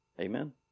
Amen